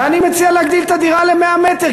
ואני מציע להגדיל את הדירה ל-100 מ"ר,